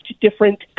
different